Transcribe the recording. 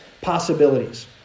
possibilities